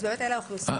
אז באמת אלה האוכלוסיות.